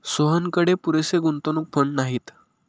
सोहनकडे पुरेसे गुंतवणूक फंड नाहीत